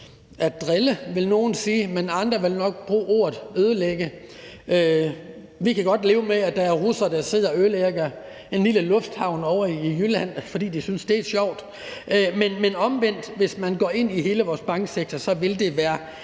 at drille, men som andre nok vil kalde at ødelægge. Vi kan godt leve med, at der er russere, der sidder og ødelægger en lille lufthavn ovre i Jylland, fordi de synes, det er sjovt, men hvis man til gengæld går ind og rammer hele vores banksektor, vil det være